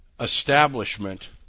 establishment